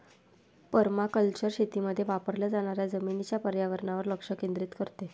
permaculture शेतीमध्ये वापरल्या जाणाऱ्या जमिनीच्या पर्यावरणावर लक्ष केंद्रित करते